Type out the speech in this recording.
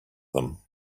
them